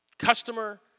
Customer